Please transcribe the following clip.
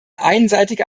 einseitige